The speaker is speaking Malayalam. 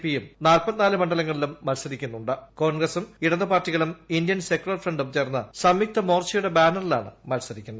പിയും കോൺഗ്രസും ഇടത് പാർട്ടികളും ഇന്ത്യൻ സെക്യൂലർ ഫ്രണ്ടും ചേർന്ന് സംയുക്ത മോർച്ചയുടെ ബാനറിലാണ് മത്സരിക്കുന്നത്